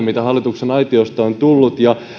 mitä hallituksen aitiosta on tullut ja